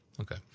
Okay